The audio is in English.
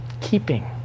keeping